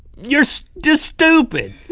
you're just stupid.